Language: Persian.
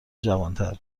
جوانتر